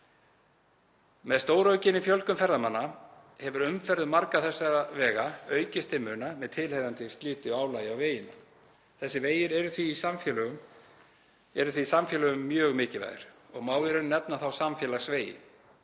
Með stóraukinni fjölgun ferðamanna hefur umferð um marga þessara vega aukist til muna með tilheyrandi sliti og álagi á vegina. Þessir vegir eru því samfélögum mjög mikilvægir og má í raun nefna þá samfélagsvegi.